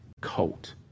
cult